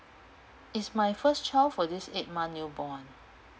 it's my first child for this eight month newborn